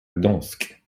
gdańsk